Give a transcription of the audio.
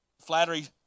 flattery